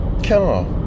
car